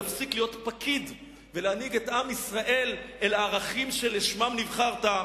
להפסיק להיות פקיד ולהנהיג את עם ישראל אל ערכים שלשמם נבחרת,